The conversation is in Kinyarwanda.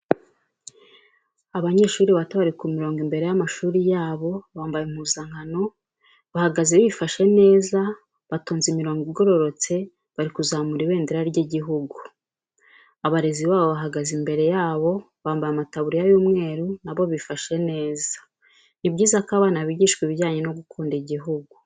Abanyeshuri bato bari ku mirongo imbere y'amashuri yabo, bambaye impuzankano bahagaze bifashe neza batonze imirongo igororotse bari kuzamura ibindera ry'igihugu. Abarezi babo bahagaze imbere yabo bambaye amataburiya y'umweru na bo bifashe neza. Ni byiza ko abana bigishwa ibijyanye no gukunda igihugu.